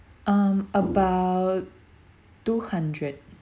um about two hundred